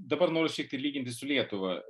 dabar noriu šiek tiek lyginti lietuvą